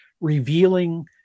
revealing